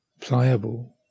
pliable